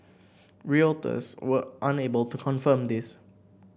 Reuters was unable to confirm this